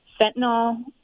fentanyl